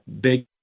big